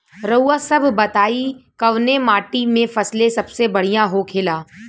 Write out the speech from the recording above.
रउआ सभ बताई कवने माटी में फसले सबसे बढ़ियां होखेला?